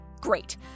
Great